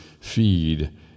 feed